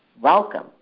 Welcome